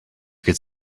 could